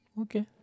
Okay